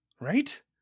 right